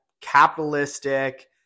capitalistic